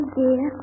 dear